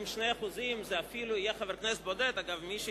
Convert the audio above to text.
אם 2% זה אפילו יהיה חבר כנסת בודד,